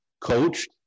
coached